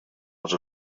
als